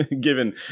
given